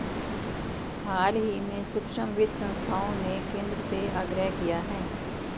हाल ही में सूक्ष्म वित्त संस्थाओं ने केंद्र से आग्रह किया है